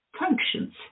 functions